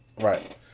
Right